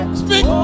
speak